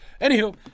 Anywho